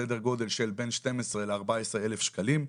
סדר גודל של בין 12,000 ל-14,000 שקלים,